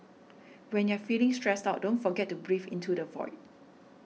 when you are feeling stressed out don't forget to breathe into the void